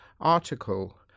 article